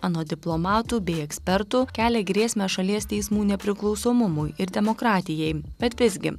anot diplomatų bei ekspertų kelia grėsmę šalies teismų nepriklausomumui ir demokratijai bet visgi